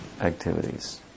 activities